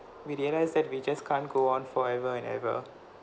we realised that we just can't go on forever and ever